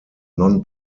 non